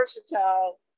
versatile